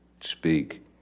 speak